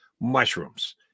Mushrooms